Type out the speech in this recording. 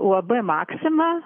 u a b maksima